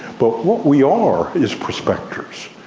but what we are is prospectors.